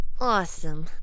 awesome